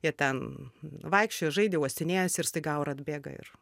jie ten vaikščiojo žaidė uostinėjasi ir staiga aura atbėga ir